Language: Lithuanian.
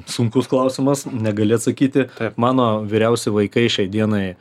sunkus klausimas negali atsakyti mano vyriausi vaikai šiai dienai